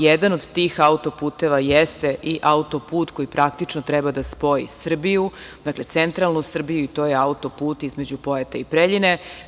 Jedan od tih auto-puteva jeste i auto-put koji praktično treba da spoji centralnu Srbiju i to je auto-put između Pojate i Preljine.